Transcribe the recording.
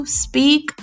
speak